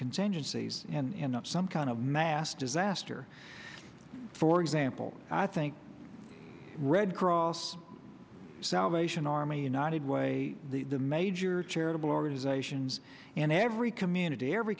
contingencies and not some kind of mass disaster for example i think red cross salvation army united way the major charitable organizations and every community every